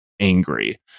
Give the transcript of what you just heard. angry